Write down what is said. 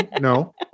no